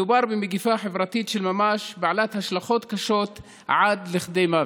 מדובר במגפה חברתית של ממש בעלת השלכות קשות עד כדי מוות.